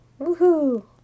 Woohoo